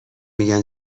میگن